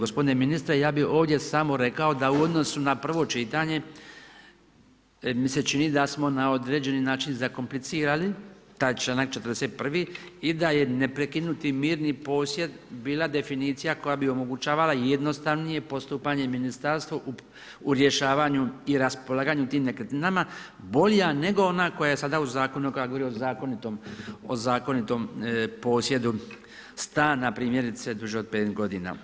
Gospodine ministre, ja bih ovdje samo rekao da u odnosu na prvo čitanje mi se čini da smo na određeni način zakomplicirali taj članak 41. i da je neprekinuti mirni posjed bila definicija koja bi omogućavala jednostavnije postupanje ministarstva u rješavanju i raspolaganju tim nekretninama bolja nego ona koja je sada u zakonu koja govori o zakonitom posjedu stana primjerice duže od 5 godina.